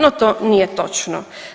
No to nije točno.